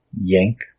yank